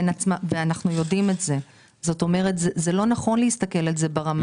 לא נכון להסתכל על זה ברמה הזאת.